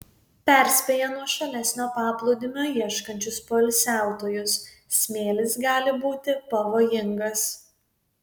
perspėja nuošalesnio paplūdimio ieškančius poilsiautojus smėlis gali būti pavojingas